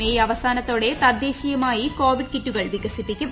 May അവസാനത്തോടെ തദ്ദേശീയമായി Covid കിറ്റുകൾ വികസിപ്പിക്കും